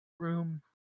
room